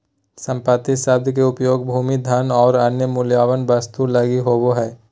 संपत्ति शब्द के उपयोग भूमि, धन और अन्य मूल्यवान वस्तु लगी होवे हइ